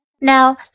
Now